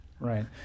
Right